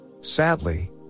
Sadly